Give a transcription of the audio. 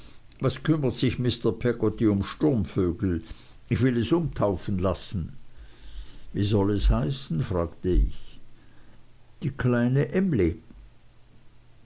was kümmert sich mr peggotty um sturmvögel ich will es umtaufen lassen wie soll es heißen fragte ich die kleine emly